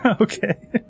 Okay